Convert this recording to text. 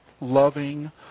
loving